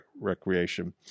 recreation